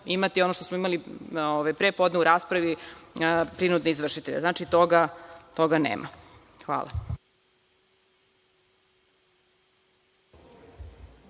imati, ono što smo imali prepodne u raspravi, prinudne izvršitelje. Znači, toga nema. Hvala.